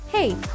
Hey